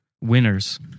winners